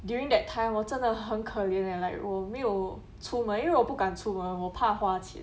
during that time 我真的很可怜 leh like 我没有出门因为我不敢出门我怕花钱